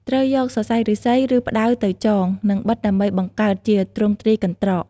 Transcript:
ត្រូវយកសរសៃឫស្សី ឬផ្តៅទៅចង និងបិតដើម្បីបង្កើតជាទ្រង់ទ្រាយកន្ត្រក។